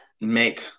make